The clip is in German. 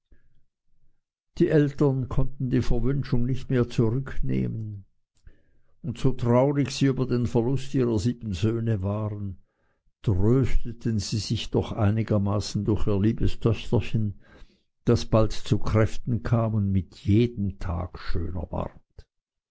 die eltern konnten die verwünschung nicht mehr zurücknehmen und so traurig sie über den verlust ihrer sieben söhne waren trösteten sie sich doch einigermaßen durch ihr liebes töchterchen das bald zu kräften kam und mit jedem tage schöner ward